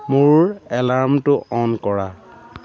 মোৰ এলাৰ্মটো অন কৰা